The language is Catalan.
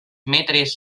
metres